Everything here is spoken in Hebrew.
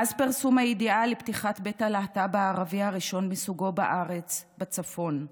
מאז פרסום הידיעה על פתיחת בית הלהט"ב הערבי הראשון מסוגו בארץ בצפון,